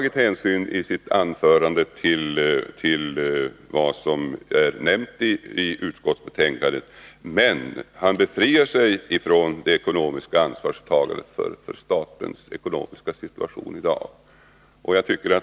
I sitt anförande tog han hänsyn till vad som är omnämnt i utskottsbetänkandet, men han befriar sig från ansvarstagandet för statens ekonomiska situation i dag.